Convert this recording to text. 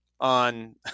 on